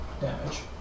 damage